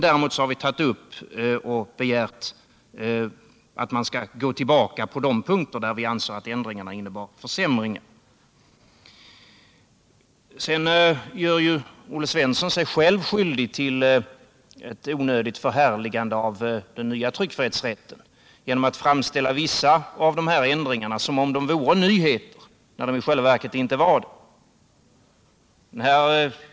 Däremot har vi begärt att man skall gå tillbaka på de punkter där vi anser att ändringarna innebär försämringar. Olle Svensson gör sig skyldig själv till ett onödigt förhärligande av den nya tryckfrihetsrätten genom att framställa vissa ändringar som nya, medan de i själva verket inte är det.